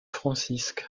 francisque